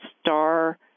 star